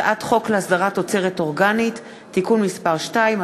הצעת חוק להסדרת תוצרת אורגנית (תיקון מס' 2),